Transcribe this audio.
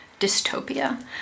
dystopia